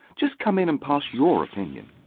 just come in and pass your opinion.